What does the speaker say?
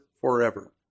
forever